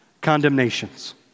condemnations